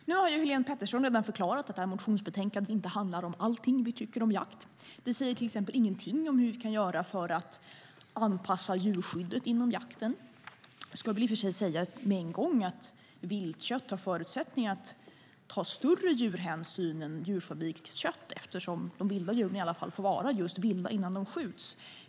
Herr talman! Nu har Helén Pettersson redan förklarat att detta motionsbetänkande inte handlar om allting som vi tycker om jakt. Det säger till exempel ingenting om vad vi kan göra för att anpassa djurskyddet inom jakten. Det ska i och för sig sägas med en gång att viltkött har större förutsättningar att innebära bättre djurhänsyn än djurfabrikskött eftersom de vilda djuren i alla fall får vara just vilda innan de skjuts.